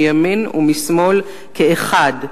מימין ומשמאל כאחד.